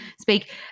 speak